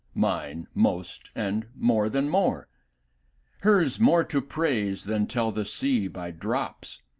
mine most and more than more hers more to praise than tell the sea by drops,